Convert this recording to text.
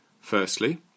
Firstly